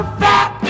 fat